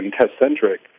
test-centric